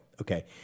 okay